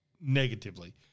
negatively